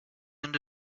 end